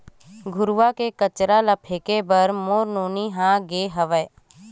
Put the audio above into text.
घुरूवा म कचरा फेंके बर मोर नोनी ह गे हावय